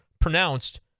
pronounced